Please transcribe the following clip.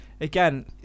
again